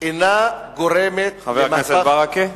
אינם גורמים, חבר הכנסת ברכה.